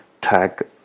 tag